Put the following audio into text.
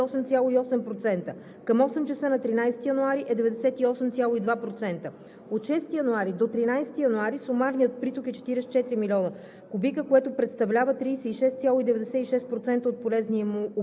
В язовир „Въча“ завиреният обем към 1 януари е бил 88,8%. Към 8,00 ч. на 13 януари е 98,2%. От 6 до 13 януари сумарният приток е 44 милиона